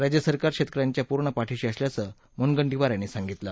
राज्य सरकार शेतक यांच्या पूर्ण पाठीशी असल्याचं मुनगंटीवार यांनी सांगितलं